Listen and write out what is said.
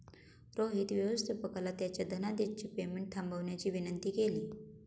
रोहित व्यवस्थापकाला त्याच्या धनादेशचे पेमेंट थांबवण्याची विनंती केली